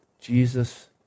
Jesus